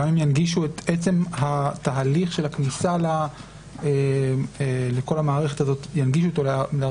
גם אם ינגישו את עצם תהליך הכניסה לכל המערכת הזאת לערבית,